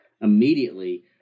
immediately